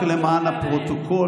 רק למען הפרוטוקול,